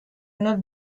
not